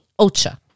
Ocha